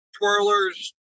twirlers